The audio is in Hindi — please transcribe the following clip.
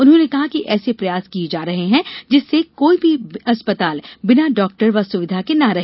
उन्होंने कहा कि ऐसे प्रयास किये जा रहे हैं जिससे कोई भी अस्पताल बिना डॉक्टर व सुविधा के न रहे